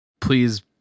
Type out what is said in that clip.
please